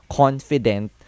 confident